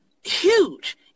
huge